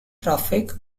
traffic